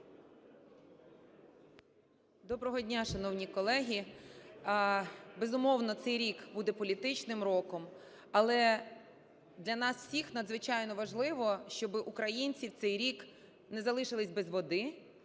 Доброго дня, шановні колеги! Безумовно, цей рік буде політичним роком. Але для нас всіх надзвичайно важливо, щоб українці в цей рік не залишились без води,